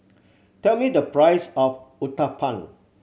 tell me the price of Uthapam